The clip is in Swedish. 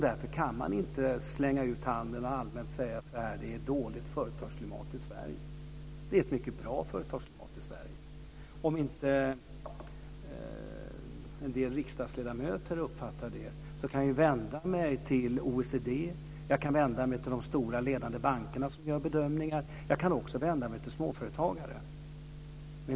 Därför kan man inte slänga ut handen och allmänt säga att det är ett dåligt företagsklimat i Sverige. Det är ett mycket bra företagsklimat i Sverige. Om en del riksdagsledamöter inte uppfattar det kan de vända sig till OECD och till de stora, ledande bankerna som gör bedömningar, och även till småföretagare.